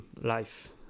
life